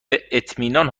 اطمینان